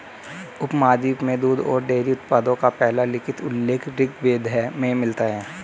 उपमहाद्वीप में दूध और डेयरी उत्पादों का पहला लिखित उल्लेख ऋग्वेद में मिलता है